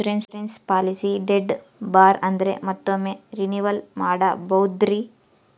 Insurance policy date ಬಾರ್ ಆದರೆ ಮತ್ತೊಮ್ಮೆ ರಿನಿವಲ್ ಮಾಡಬಹುದ್ರಿ?